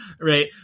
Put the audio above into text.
Right